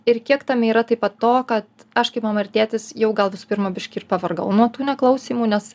ir kiek tame yra taip pat to kad aš kaip mama ir tėtis jau gal visų pirma biškį ir pavargau nuo tų neklausymų nes